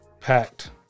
packed